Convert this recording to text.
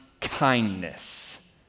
kindness